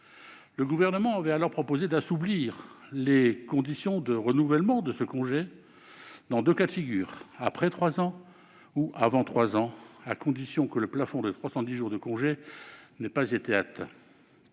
Le gouvernement avait alors proposé d'assouplir les conditions de renouvellement de ce congé, dans deux cas de figure- après trois ans ou avant trois ans -, à condition que le plafond des 310 jours de congé n'ait pas été atteint.